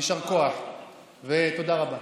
יישר כוח ותודה רבה.